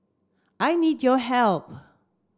I need your help